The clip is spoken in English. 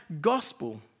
gospel